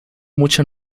mucha